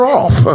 off